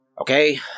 Okay